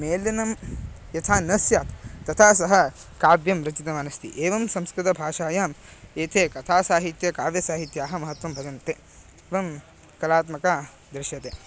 मेलनं यथा न स्यात् तथा सः काव्यं रचितवान् अस्ति एवं संस्कृतभाषायाम् एते कथासाहित्यकाव्यसाहित्याः महत्त्वं भजन्ते एवं कलात्मकता दृश्यते